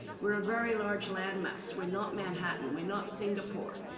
we're a very large land mass. we're not manhattan. we're not singapore.